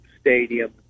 Stadium